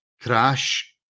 crash